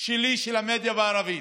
שלי עם המדיה בערבית,